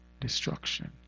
destruction